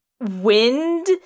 wind